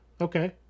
okay